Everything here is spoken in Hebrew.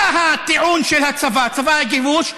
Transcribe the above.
מה הטיעון של הצבא, צבא הכיבוש?